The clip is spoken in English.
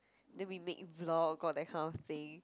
then we made vlog all that kind of thing